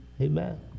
amen